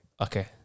Okay